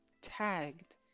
tagged